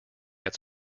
its